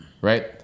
right